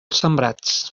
sembrats